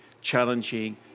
challenging